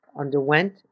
underwent